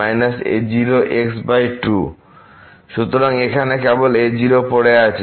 সুতরাং এখানে কেবল a0 পড়ে আছে